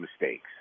mistakes